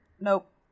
Nope